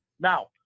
Now